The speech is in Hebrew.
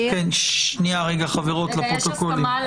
יש הסכמה על